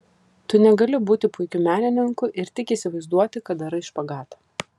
tu negali būti puikiu menininku ir tik įsivaizduoti kad darai špagatą